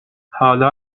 حالا